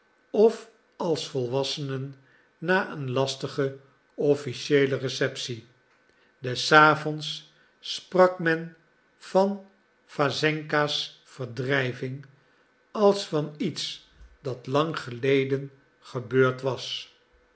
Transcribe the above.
of als volwassenen na een lastige officiëele receptie des avonds sprak men van wassenska's verdrijving als van iets dat lang geleden gebeurd was